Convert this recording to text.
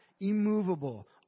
immovable